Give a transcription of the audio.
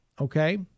Okay